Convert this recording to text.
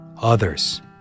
Others